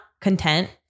content